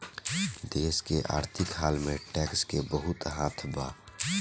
देश के आर्थिक हाल में टैक्स के बहुते हाथ बा